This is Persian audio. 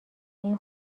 این